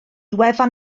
wefan